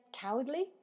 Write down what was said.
cowardly